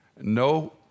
No